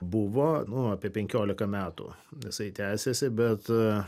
buvo nu apie penkiolika metų jisai tęsėsi bet